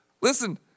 listen